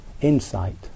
insight